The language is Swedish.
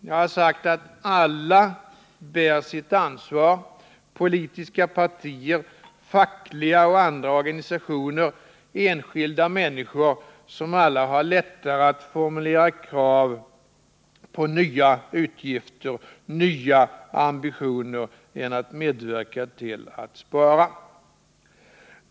Jag har sagt att alla bär sitt ansvar: politiska partier, fackliga och andra organisationer samt enskilda människor, som alla har lättare att formulera krav på nya utgifter och nya ambitioner än att medverka till att spara.